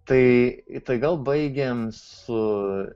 tai tai gal baigiam su